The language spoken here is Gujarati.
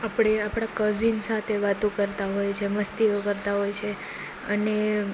આપણે આપણા કઝીન સાથે વાતો કરતા હોઈએ છીએ મસ્તીઓ કરતા હોઈ છીએ અને